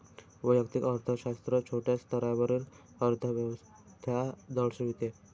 वैयक्तिक अर्थशास्त्र छोट्या स्तरावरील अर्थव्यवस्था दर्शविते